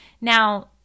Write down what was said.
Now